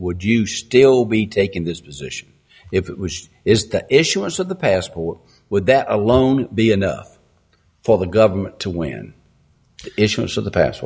would you still be taking this position if it is the issuance of the passport would that alone be enough for the government to win issues of the past